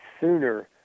sooner